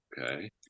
okay